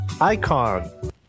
icon